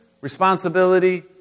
responsibility